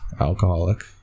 alcoholic